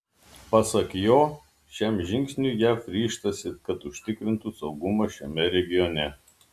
pasak jo šiam žingsniui jav ryžtasi kad užtikrintų saugumą šiame regione